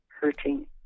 hurting